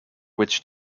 which